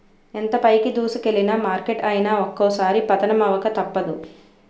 ఎంత పైకి దూసుకెల్లిన మార్కెట్ అయినా ఒక్కోసారి పతనమవక తప్పదు